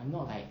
I'm not like